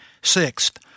sixth